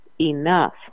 enough